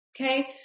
okay